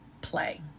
play